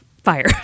Fire